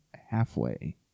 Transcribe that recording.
halfway